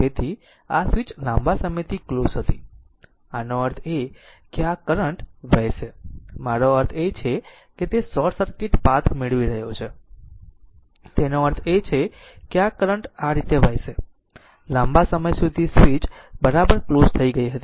તેથી આ સ્વીચ લાંબા સમયથી ક્લોઝ હતી આનો અર્થ એ કે આ કરંટ વહેશે મારો અર્થ એ છે કે તે શોર્ટ સર્કિટ પાથ મેળવી રહ્યો છે તેનો અર્થ એ કે આ કરંટ આ રીતે વહેશે લાંબા સમય સુધી સ્વીચ બરાબર ક્લોઝ થઈ ગઈ હતી